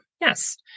Yes